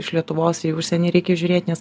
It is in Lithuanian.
iš lietuvos į užsienį reikia žiūrėt nes